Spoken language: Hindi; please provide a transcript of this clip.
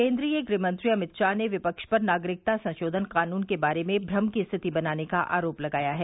केन्द्रीय गृह मंत्री अमित शाह ने विफ्ष पर नागरिकता संशोधन कानून के बारे में भ्रम की स्थिति बनाने का आरोप लगाया है